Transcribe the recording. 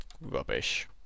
rubbish